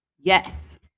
Yes